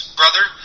brother